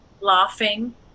laughing